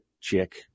chick